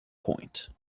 point